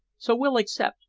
so we'll accept,